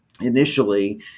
initially